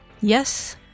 yes